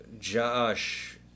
Josh